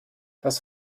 das